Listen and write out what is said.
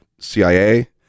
CIA